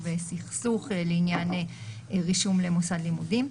סכסוך לעניין רישום למוסד לימודים.